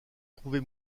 trouver